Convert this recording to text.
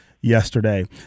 yesterday